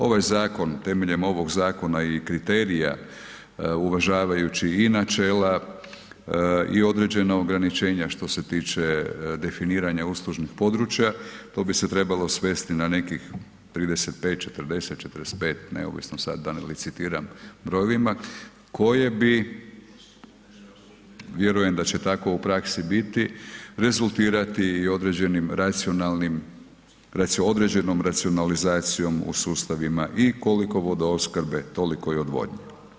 Ovaj zakon temeljem ovoga zakona i kriterija uvažavajući i načela i određena ograničenja što se tiče definiranja uslužnih područja, to bi se trebalo svesti na nekih 35, 40, 45, neovisno sad da ne licitiram brojevima koje bi, vjerujem da će tako u praksi biti, rezultirati i određenim racionalnim, određenom racionalizacijom u sustavima i koliko vodoopskrbe, toliko i odvodnje.